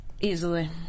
easily